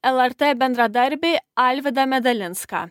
lrt bendradarbį alvydą medalinską